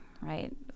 right